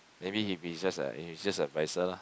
maybe he be just a he's just a adviser lah